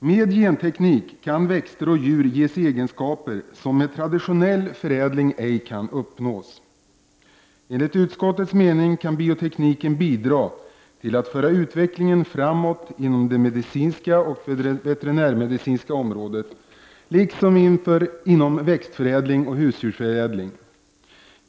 ———- Med genteknik kan växter och djur ges egenskaper som med traditionell förädling ej kan uppnås. ——— Enligt utskottets mening kan biotekniken bidra till att föra utvecklingen framåt inom det medicinska och veterinärmedicinska området, liksom inom växtförädling och husdjursförädling.